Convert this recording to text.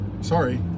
sorry